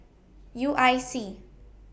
U I C